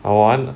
I want